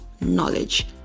knowledge